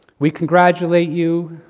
we congratulate you,